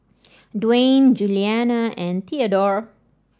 Duane Julianna and Theadore